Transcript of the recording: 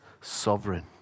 sovereign